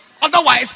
Otherwise